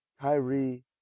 Kyrie